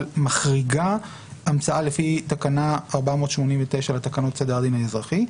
מחריגה המצאה לפי תקנה 489 לתקנות סדר הדין האזרחי,